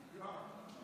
יואב.